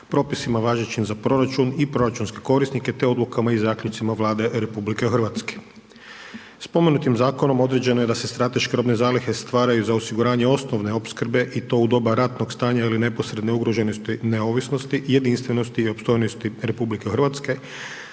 propisima važećim za proračun i proračunske korisnike te odlukama i zaključcima Vlade RH. Spomenutim zakonom određeno je da se strateške robne zalihe stvaraju za osiguranje osnovne opskrbe i to u doba ratnog stanja ili neposredne ugroženosti neovisnosti, jedinstvenosti i opstojnosti RH te